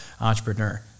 entrepreneur